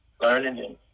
learning